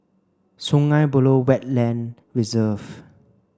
Sungei Buloh Wetland Reserve